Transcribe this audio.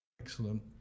Excellent